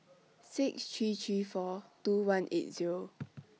six three three four two one eight Zero